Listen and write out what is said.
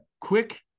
quick